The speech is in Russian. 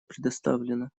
предоставлено